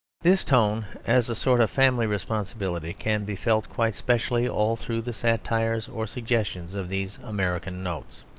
this tone, as a sort of family responsibility, can be felt quite specially all through the satires or suggestions of these american notes.